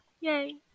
yay